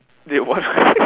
wait what